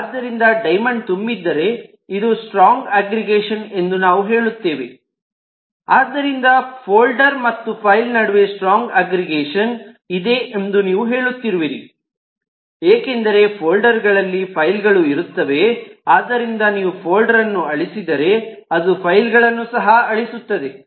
ಆದ್ದರಿಂದ ಡೈಮಂಡ್ ತುಂಬಿದ್ದರೆ ಇದು ಸ್ಟ್ರಾಂಗ್ ಅಗ್ರಿಗೇಷನ್ ಎಂದು ನಾವು ಹೇಳುತ್ತೇವೆ ಆದ್ದರಿಂದ ಫೋಲ್ಡರ್ ಮತ್ತು ಫೈಲ್ ನಡುವೆ ಸ್ಟ್ರಾಂಗ್ ಅಗ್ರಿಗೇಷನ್ ಇದೆ ಎಂದು ನೀವು ಹೇಳುತ್ತಿರುವಿರಿ ಏಕೆಂದರೆ ಫೋಲ್ಡರ್ಗಳಲ್ಲಿ ಫೈಲ್ಗಳು ಇರುತ್ತದೆ ಆದ್ದರಿಂದ ನೀವು ಫೋಲ್ಡರ್ ಅನ್ನು ಅಳಿಸಿದರೆ ಅದು ಫೈಲ್ಗಳನ್ನು ಸಹ ಅಳಿಸುತ್ತದೆ